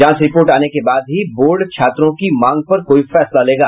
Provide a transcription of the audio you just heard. जांच रिपोर्ट आने के बाद ही बोर्ड छात्रों की मांग पर कोई फैसला लेगा